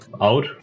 out